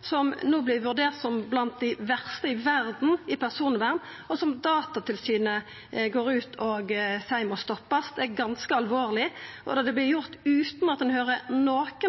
som no vert vurdert som blant dei verste i verda på personvern, og som Datatilsynet går ut og seier må stoppast. Det er ganske alvorleg, og det vert gjort utan at ein tar noko